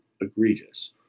egregious